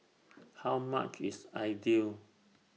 How much IS Idly